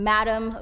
Madam